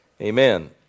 Amen